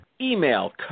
Email